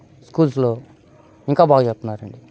స్కూల్స్లో ఇంకా బాగా చెప్తున్నారు